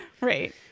Right